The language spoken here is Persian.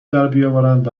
دربیاورند